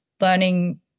learning